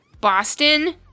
Boston